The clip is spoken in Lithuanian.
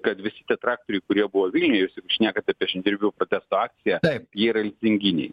kad visi tie traktoriai kurie buvo vilniuj jūs šnekate apie žemdirbių protesto akciją taip jie yra lizinginiai